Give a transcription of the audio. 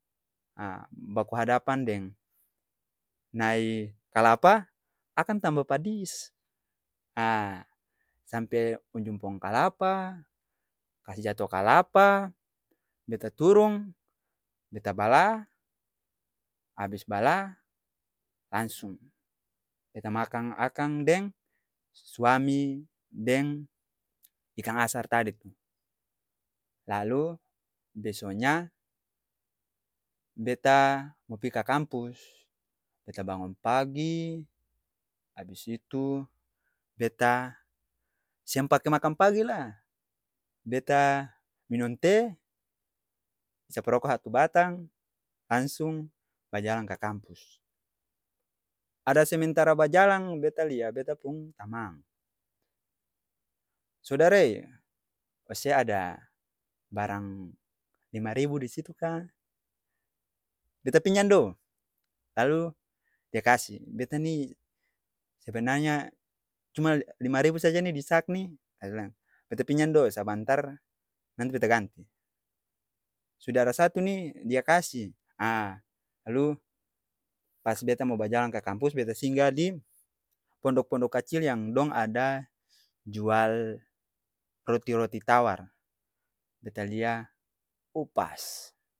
Haa baku hadapan deng, nai kalapa, akang tambah padis, haa sampe unjung po'ng kalapa, kasi jato kalapa, beta turung, beta bala, abis bala, langsung beta makang akang deng suami, deng ikang asar tadi tuh. Lalu, beso nya, beta mo pi ka kampus, beta bangong pagi, abis itu, beta, seng pake makang pagi laa', beta, minong te', isap roko hatu batang, langsung, bajalang ka kampus. Ada sementara bajalang, beta lia beta pung tamang, sudara ee.! Ose ada, barang lima ribu disitu ka? Beta pinjang do lalu, dia kasi. Beta ni, sebenarnya, cuma lima ribu saja ni di sak ni, ab' bilang beta pinjang do, sabantar, nanti beta ganti. Sudara satu ni, dia kasi, aa lalu, pas beta mo bajalang ka kampus, beta singga di pondok-pondok kacil yang dong ada jual roti-roti tawar, beta lia., ou pass.